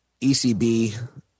ECB